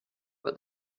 but